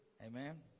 Amen